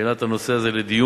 שהעלה את הנושא הזה לדיון,